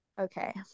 Okay